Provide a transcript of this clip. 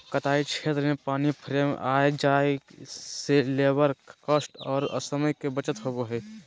कताई क्षेत्र में पानी फ्रेम के आय जाय से लेबर कॉस्ट आर समय के बचत होबय हय